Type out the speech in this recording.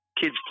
kids